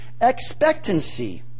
expectancy